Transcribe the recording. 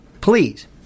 please